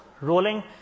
rolling